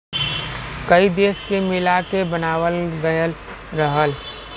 कई देश के मिला के बनावाल गएल रहल